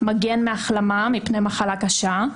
מגן מהחלמה מפני מחלה קשה.